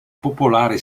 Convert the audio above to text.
popolare